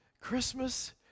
Christmas